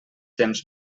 temps